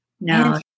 No